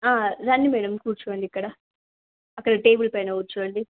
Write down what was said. రండి మేడమ్ కూర్చోండి ఇక్కడ అక్కడ టేబుల్ పైన కూర్చోండి